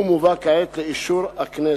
הוא מובא כעת לאישור הכנסת.